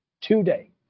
Today